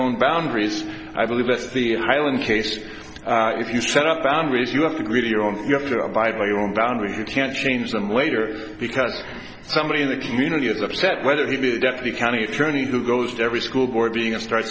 own boundaries i believe that's the island case if you set up boundaries you have to grieve your own you have to abide by your own boundaries you can't change them later because somebody in the community is upset whether it be the deputy county attorney who goes to every school board being a start